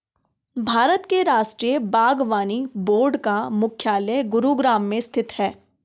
भारत के राष्ट्रीय बागवानी बोर्ड का मुख्यालय गुरुग्राम में स्थित है